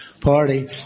Party